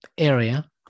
area